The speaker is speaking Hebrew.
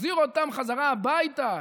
תחזיר אותם חזרה הביתה,